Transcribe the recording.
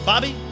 Bobby